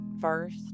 first